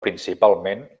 principalment